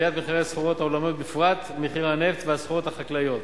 עליית מחירי הסחורות העולמיות ובפרט מחירי הנפט והסחורות החקלאיות.